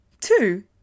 Two